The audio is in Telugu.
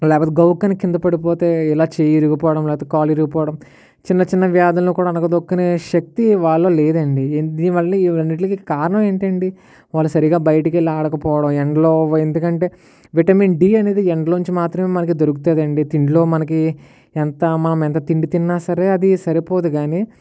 లేకపోతే గబుక్కని కింద పడిపోతే ఇలా చెయ్యి విరిగిపోవడం లేపోతే కాళ్ళు విరిగిపోవడం చిన్నచిన్న వ్యాధుల్ని కూడా అణగదొక్కునే శక్తి వాళ్ళలో లేదండి దీనివల్ల వీట్ల అన్నింటికీ కారణం ఏంటండి వాళ్ళు సరిగ్గా బయటికి వెళ్ళి ఆడకపోవడం ఎండలో ఎందుకంటే విటమిన్ డి అనేది ఎండలో నుంచి మాత్రమే మనకి దొరుకుతుంది అండి తిండిలో మనకి ఎంత మనం ఎంత తిండి తిన్న సరే అది సరిపోదు కానీ